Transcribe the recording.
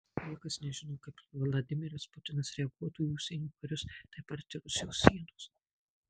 niekas nežino kaip vladimiras putinas reaguotų į užsienio karius taip arti rusijos sienos